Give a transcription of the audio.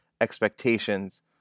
expectations